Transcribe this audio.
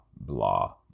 blah